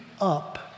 up